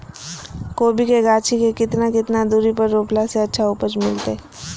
कोबी के गाछी के कितना कितना दूरी पर रोपला से अच्छा उपज मिलतैय?